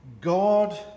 God